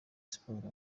sports